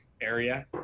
area